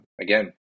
again